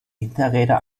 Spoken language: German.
hinterräder